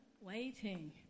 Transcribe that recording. waiting